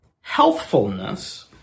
healthfulness